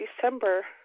December